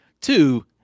Two